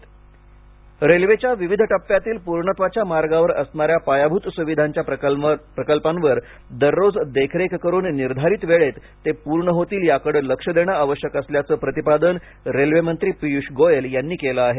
railway Goyal रेल्वेच्या विविध टप्प्यांतील पूर्णत्वाच्या मार्गावर असणाऱ्या पायाभूत सुविधांच्या प्रकल्पांवर दररोज देखरेख करून निर्धारित वेळेत ते पूर्ण होतील याकडे लक्ष देणं आवश्यक असल्याचं प्रतिपादन रेल्वेमंत्री पियूष गोयल यांनी केलं आहे